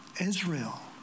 Israel